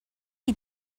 chi